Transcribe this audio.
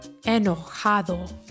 Enojado